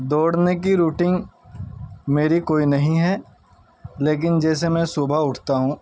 دوڑنے کی روٹین میری کوئی نہیں ہے لیکن جیسے میں صبح اٹھتا ہوں